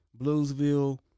bluesville